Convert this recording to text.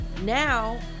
Now